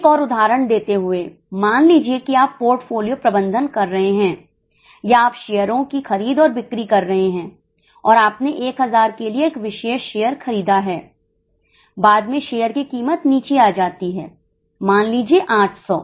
एक और उदाहरण देते हुए मान लीजिए कि आप पोर्टफोलियो प्रबंधन कर रहे हैं या आप शेयरों की खरीद और बिक्री कर रहे हैं और आपने 1000 के लिए एक विशेष शेयर खरीदा है बाद में शेयर की कीमत नीचे आ जाती है मान लीजिए 800